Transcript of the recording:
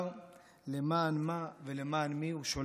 למען מה ולמען מי הוא שולח חיילים אל הקרב.